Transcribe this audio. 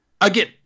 Again